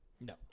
No